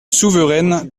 souveraine